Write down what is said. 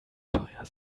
teuer